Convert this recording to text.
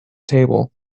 table